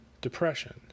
depression